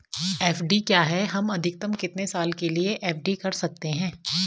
FD क्या है हम अधिकतम कितने साल के लिए एफ.डी कर सकते हैं?